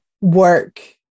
work